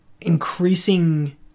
increasing